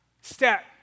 step